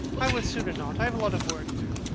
i would sooner not. i have a lot of work to do.